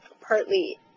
partly